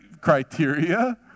criteria